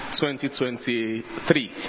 2023